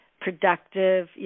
productive